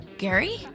Gary